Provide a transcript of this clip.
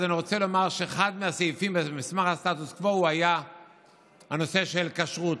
אז אני רוצה לומר שאחד הסעיפים במסמך הסטטוס קוו היה הנושא של כשרות.